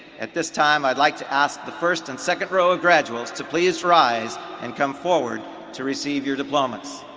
at this time i'd like to ask the first and second row of graduates to please rise and come forward to receive your diplomas.